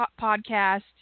podcast